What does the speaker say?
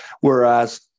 whereas